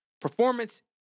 performance